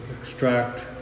extract